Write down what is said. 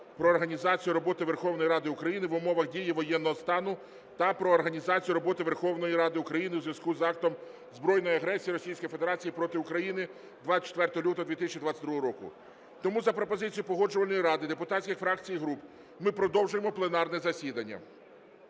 про організацію роботи Верховної Ради України в умовах дії воєнного стану та "Про організацію роботи Верховної Ради України у зв'язку з актом збройної агресії Російської Федерації проти України 24 лютого 2022 року". Тому за пропозицією Погоджувальної ради депутатських фракцій і груп ми продовжуємо пленарне засідання.